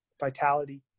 vitality